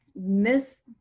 miss